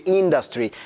industry